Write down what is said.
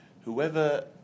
whoever